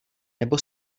nebo